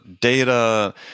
data